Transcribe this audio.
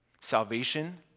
Salvation